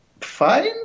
fine